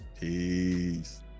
Peace